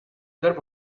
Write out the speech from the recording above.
there